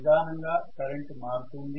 నిదానంగా కరెంటు మారుతుంది